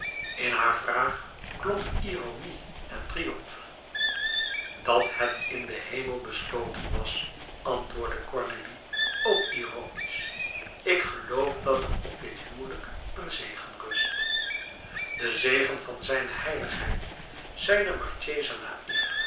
in hare vraag klonk ironie en triomf dat het in den hemel besloten was antwoordde cornélie ook ironisch ik geloof dat er op dit huwelijk een zegen rust de zegen van zijne heiligheid zei